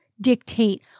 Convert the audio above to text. dictate